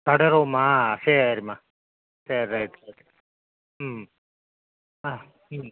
கடை ரூம்மா சரிம்மா சரி ரைட்டு ஓகே ம் ஆ ம்